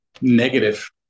negative